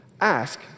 Ask